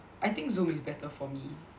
I think Zoom is better for me